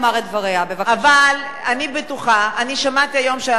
אני שמעתי היום שהחוק של עתניאל שנלר מתקדם ואני מאוד שמחה,